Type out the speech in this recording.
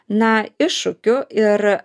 na iššūkių ir